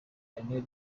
lionel